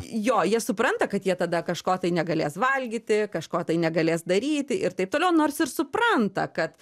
jo jie supranta kad jie tada kažko tai negalės valgyti kažko tai negalės daryti ir taip toliau nors ir supranta kad